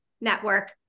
network